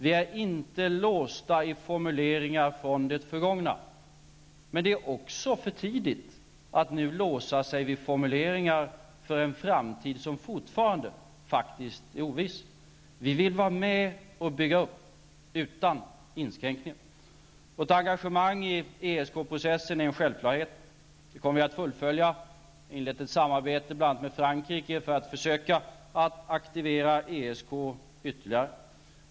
Vi är inte låsta i formuleringar från det förgångna, men det är också för tidigt att låsa sig i formuleringar för en framtid som fortfarande taktiskt är oviss. Vi vill vara med och bygga upp utan inskränkningar. Ett engagemang i ESK processen är en självklarhet. Detta kommer vi att fullfölja genom ett samarbete med bl.a. Frankrike för att försöka aktivera ESK ytterligare.